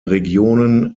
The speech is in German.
regionen